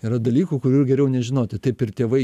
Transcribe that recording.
yra dalykų kurių geriau nežinoti taip ir tėvai